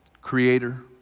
creator